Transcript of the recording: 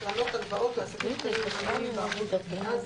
קרנות הלוואות לעסקים קטנים ובינוניים בערבות מדינה,